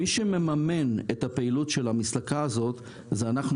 מי שמממן את הפעילות של המסלקה הזו הם אנחנו,